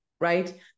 right